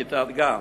כיתת גן.